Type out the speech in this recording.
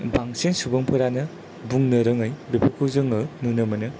बांसिन सुबुंफोरानो बुंनो रोङै बेफोरखौ जोङो नुनो मोनो